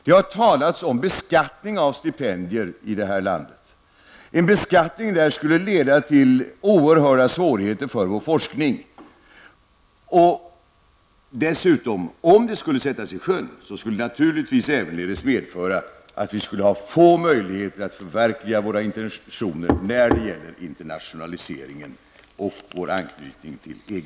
Det har talats om beskattning av stipendier i det här landet. En beskattning skulle dock medföra oerhört stora svårigheter för vår forskning. Dessutom skulle vi naturligtvis ha få möjligheter att göra verklighet av våra intentioner när det gäller internationaliseringen och vår anknytning till EG.